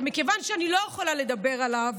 מכיוון שאני לא יכולה לדבר עליו,